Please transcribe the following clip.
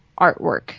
artwork